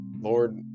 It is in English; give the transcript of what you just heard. Lord